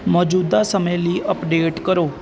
ਮੌਜੂਦਾ ਸਮੇਂ ਲਈ ਅਪਡੇਟ ਕਰੋ